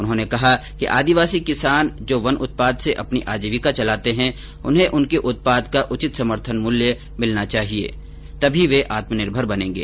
उन्होंने कहा कि आदिवासी किसान जो वन उत्पाद से अपनी आजीविका चलाते है उन्हें उनके उत्पाद का उचित दाम मिलेगा तो वे आत्मनिर्भर बनेंगे